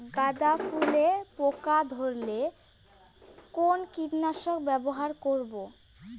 গাদা ফুলে পোকা ধরলে কোন কীটনাশক ব্যবহার করব?